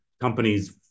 companies